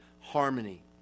harmony